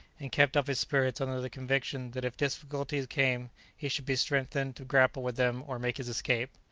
and kept up his spirits under the conviction that if difficulties came he should be strengthened to grapple with them or make his escape.